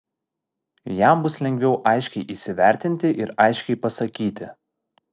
jam bus lengviau aiškiai įsivertinti ir aiškiai pasakyti